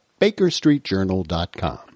BakerStreetJournal.com